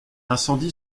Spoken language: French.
incendie